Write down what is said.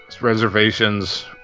reservations